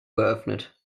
geöffnet